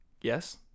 Yes